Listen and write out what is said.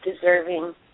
deserving